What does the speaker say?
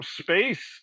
space